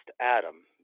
Adam